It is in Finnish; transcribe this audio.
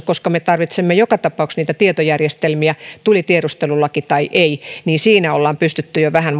koska me tarvitsemme joka tapauksessa niitä tietojärjestelmiä tuli tiedustelulaki tai ei siinä olemme pystyneet jo vähän